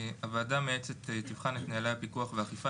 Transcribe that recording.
(ג2) הוועדה המייעצת תבחן את נוהלי הפיקוח והאכיפה,